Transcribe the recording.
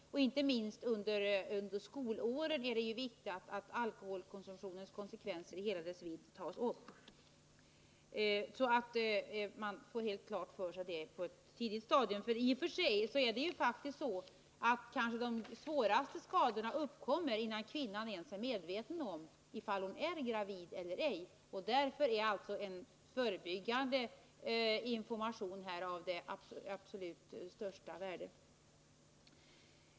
Inte minst under skolåren är det viktigt att alkoholkonsumtionens konsekvenser i deras hela vidd tas upp, så att ungdomarna får den helt klart för sig på ett tidigt stadium. I och för sig kanske de svåraste skadorna uppkommer innan kvinnan ens är medveten om att hon är gravid. Därför är en förebyggande information av absolut största värde.